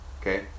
Okay